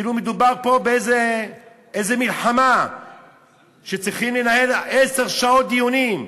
כאילו מדובר פה באיזה מלחמה שצריכים לנהל עשר שעות דיונים.